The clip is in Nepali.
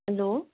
हेलो